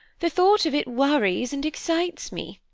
the thought of it worries and excites me.